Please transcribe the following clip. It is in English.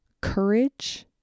courage